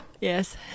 Yes